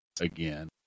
again